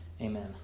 Amen